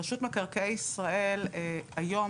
רשות מקרקעי ישראל היום,